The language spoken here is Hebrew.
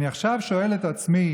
אני גאה לתמוך